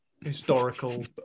historical